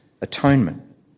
Atonement